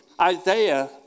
Isaiah